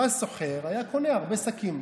בא סוחר, היה קונה הרבה שקים.